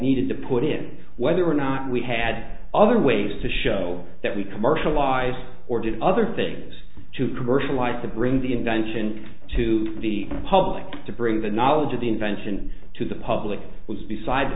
needed to put in whether or not we had other ways to show that we commercialize or did other things to commercialize to bring the invention to the public to bring the knowledge of the invention to the public was beside the